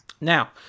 Now